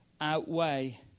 outweigh